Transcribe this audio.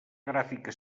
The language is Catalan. gràfica